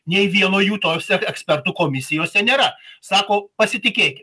nei vieno jų tose ekspertų komisijose nėra sako pasitikėkit